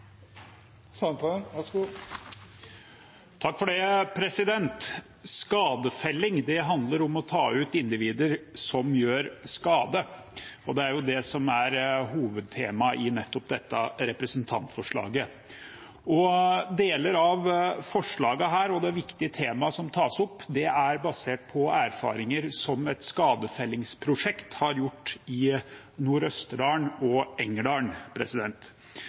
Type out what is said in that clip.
Skadefelling handler om å ta ut individer som gjør skade. Det er det som er hovedtemaet i dette representantforslaget. Deler av forslaget og det viktige temaet som tas opp, er basert på erfaringer som et skadefellingsprosjekt har gjort i Nord-Østerdal og